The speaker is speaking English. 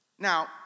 Now